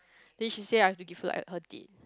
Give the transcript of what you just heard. then she said I have to give her like hurt it